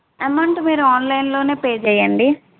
amount మీరు ఆన్లైన్లోనే pay చెయ్యండి